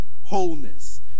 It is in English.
wholeness